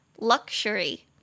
Luxury